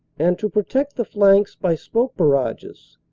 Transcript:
and to protect the flanks by smoke barrages,